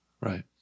Right